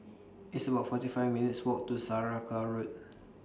It's about forty five minutes' Walk to Saraca Road